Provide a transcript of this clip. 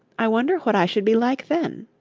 i wonder what i should be like then